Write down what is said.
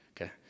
okay